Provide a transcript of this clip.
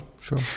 sure